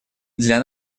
для